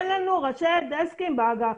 אין לנו ראשי דסקים באגף.